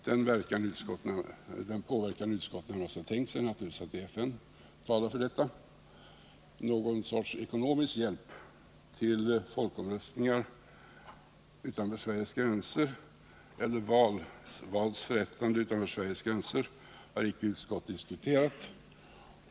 Den påverkan utskottet närmast har tänkt sig är att man i FN talar för detta. Någon sorts ekonomisk hjälp till folkomröstningar eller valförrättningar utanför Sveriges gränser har utskottet icke diskuterat.